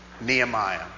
Nehemiah